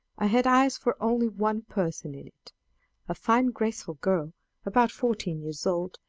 i had eyes for only one person in it a fine graceful girl about fourteen years old,